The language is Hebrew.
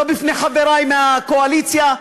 לא בפני חברי מהקואליציה,